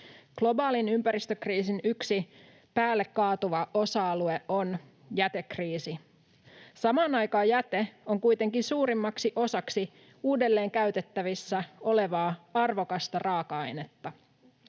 Globaalin ympäristökriisin yksi päälle kaatuva osa-alue on jätekriisi. Samaan aikaan jäte on kuitenkin suurimmaksi osaksi uudelleen käytettävissä olevaa arvokasta raaka-ainetta.